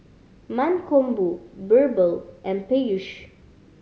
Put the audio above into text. Mankombu Birbal and Peyush